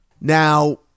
Now